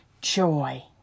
joy